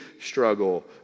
struggle